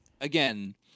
again